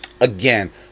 Again